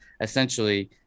essentially